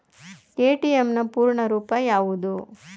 ATM ನ ಪೂರ್ಣ ರೂಪ ಯಾವುದು?